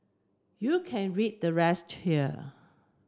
you can read the rest here